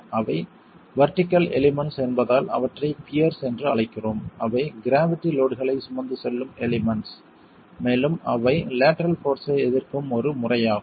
அவை vertical elements என்பதால் அவற்றை பியர்ஸ் என்று அழைக்கிறோம் அவை க்ராவிட்டி லோட்களை சுமந்து செல்லும் எலிமெண்ட்ஸ் மேலும் அவை லேட்டரல் போர்ஸ் ஐ எதிர்க்கும் ஒரு முறை ஆகும்